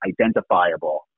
identifiable